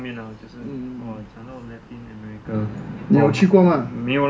下面啊就是 orh 讲到 latin america